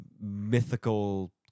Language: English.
mythical